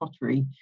pottery